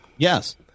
Yes